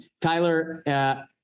Tyler